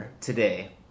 today